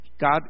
God